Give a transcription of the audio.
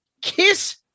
Kiss